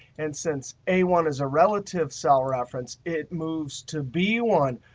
and since a one is a relative cell reference, it moves to b one.